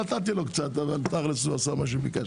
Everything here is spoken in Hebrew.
נתתי לו קצת, אבל תכלס הוא עשה מה שביקשתי.